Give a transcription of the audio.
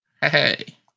hey